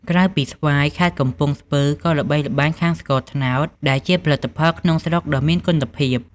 ក្រៅពីស្វាយ ខេត្តកំពង់ស្ពឺក៏ល្បីល្បាញខាងស្ករត្នោត ដែលជាផលិតផលក្នុងស្រុកដ៏មានគុណភាព។